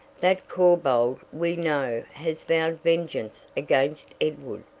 that corbould we we know has vowed vengeance against edward,